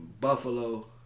Buffalo